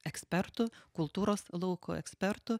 ekspertų kultūros lauko ekspertų